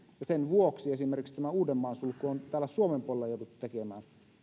sen vuoksi esimerkiksi tämä uudenmaan sulku on on täällä suomen puolella jouduttu tekemään